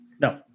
No